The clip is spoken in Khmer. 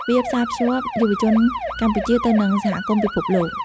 វាផ្សាភ្ជាប់យុវជនកម្ពុជាទៅនឹងសហគមន៍ពិភពលោក។